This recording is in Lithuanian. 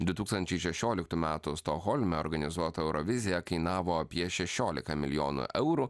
du tūkstančiai šešioliktų metų stokholme organizuota eurovizija kainavo apie šešiolika milijonų eurų